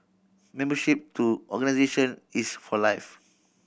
membership to organisation is for life